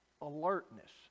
alertness